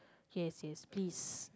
yes yes please